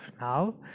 now